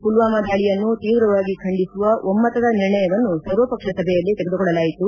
ಪುಲ್ವಾಮ ದಾಳಿಯನ್ನು ತೀವ್ರವಾಗಿ ಖಂಡಿಸುವ ಒಮ್ಮತದ ನಿರ್ಣಯವನ್ನು ಸರ್ವಪಕ್ಷ ಸಭೆಯಲ್ಲಿ ತೆಗೆದುಕೊಳ್ಳಲಾಯಿತು